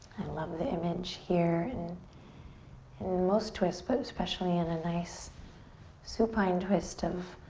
love the image here and in most twists but especially in a nice supine twist of